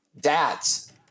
Dads